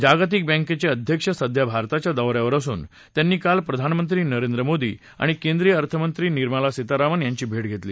जागतिक बँकेचे अध्यक्ष सध्या भारताच्या दौऱ्यावर असून त्यांनी काल प्रधानमंत्री नरेंद्र मोदी आणि केंद्रीय अर्थमंत्री निर्मला सीतारामन यांची भेट घेतली